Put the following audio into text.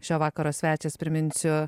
šio vakaro svečias priminsiu